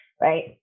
right